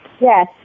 Yes